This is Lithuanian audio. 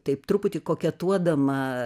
taip truputį koketuodama